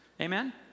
Amen